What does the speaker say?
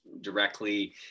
directly